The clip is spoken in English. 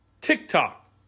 TikTok